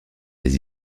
des